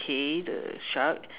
K the shark